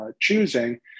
choosing